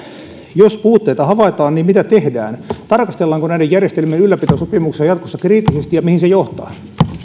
jos puutteita havaitaan niin mitä tehdään tarkastellaanko näiden järjestelmien ylläpitosopimuksia jatkossa kriittisesti ja mihin se johtaa